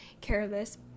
careless